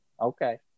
Okay